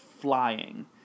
flying